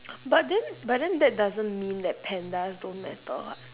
but then but then that doesn't mean that pandas don't matter [what]